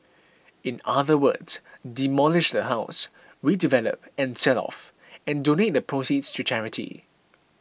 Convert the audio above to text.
in other words demolish the house redevelop and sell off and donate the proceeds to charity